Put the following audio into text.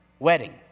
Wedding